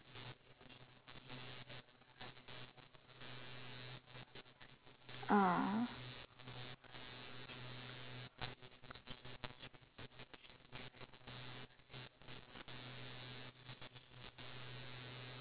ah